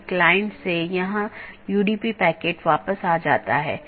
BGP AS के भीतर कार्यरत IGP को प्रतिस्थापित नहीं करता है